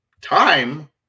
Time